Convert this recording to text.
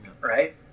right